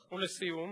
ולסיום?